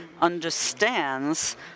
understands